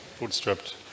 Bootstrapped